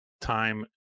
time